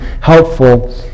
helpful